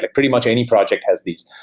like pretty much any project has these.